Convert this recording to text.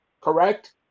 correct